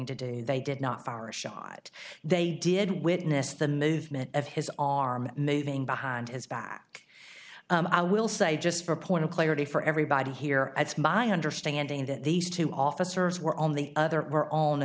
today they did not far a shot they did witness the movement of his arm moving behind his back i will say just for point of clarity for everybody here as my understanding that these two officers were on the other o